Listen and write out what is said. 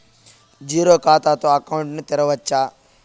Zero ఖాతా తో account ను తెరవచ్చా?